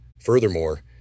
Furthermore